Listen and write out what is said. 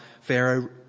Pharaoh